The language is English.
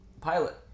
pilot